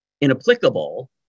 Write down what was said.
inapplicable